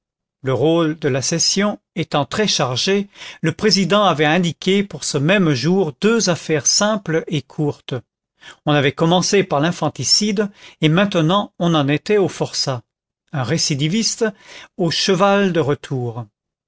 le rôle de la session étant très chargé le président avait indiqué pour ce même jour deux affaires simples et courtes on avait commencé par l'infanticide et maintenant on en était au forçat au récidiviste au cheval de retour